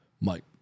Mike